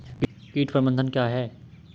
कीट प्रबंधन क्या है?